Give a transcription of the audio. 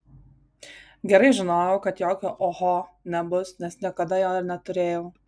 gerai žinojau kad jokio oho nebus nes niekada jo neturėjau